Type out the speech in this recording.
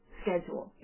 schedule